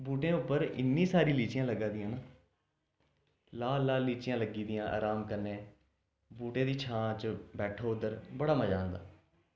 बूह्टें उप्पर इन्नी सारी लीचियां लग्गा दियां न लाल लाल लीचियां लग्गी दियां अराम कन्नै बूह्टे दी छां च बैठो उद्धर बड़ा मजा औंदा